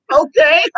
okay